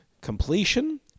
completion